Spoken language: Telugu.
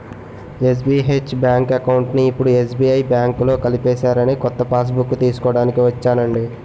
ఎస్.బి.హెచ్ బాంకు అకౌంట్ని ఇప్పుడు ఎస్.బి.ఐ బాంకులో కలిపేసారని కొత్త పాస్బుక్కు తీస్కోడానికి ఒచ్చానండి